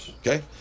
Okay